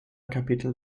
kapitel